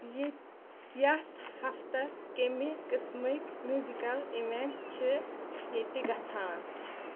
یتھ ہفتس کَمِہ قٕسمٕکۍ میوزِکٕل ایوینٹ چھِ ییتِہ گژھان